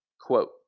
Quote